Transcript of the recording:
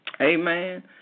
Amen